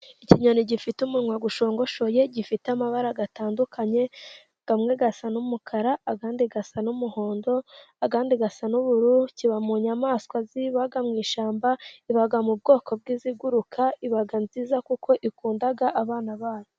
Ikinyoni gifite umunwa ushongoshoye, gifite amabara atandukanye amwe asa n'umukara, andi asa n'umuhondo, andi asa n'ubururu, kiba mu nyamaswa ziba mu ishyamba, iba mu bwoko bw'ibiguruka iba nziza kuko ikunda abana bayo.